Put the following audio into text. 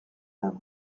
dago